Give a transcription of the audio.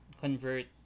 convert